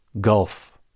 gulf